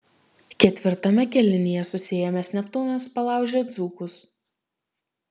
ketvirtame kėlinyje susiėmęs neptūnas palaužė dzūkus